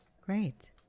Great